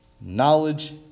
knowledge